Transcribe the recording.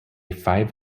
five